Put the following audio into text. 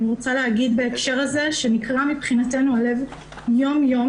אני רוצה להגיד בהקשר הזה שנקרע ליבנו יום-יום